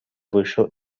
вышел